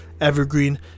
evergreen